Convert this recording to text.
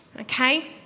okay